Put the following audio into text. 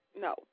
no